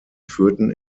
führten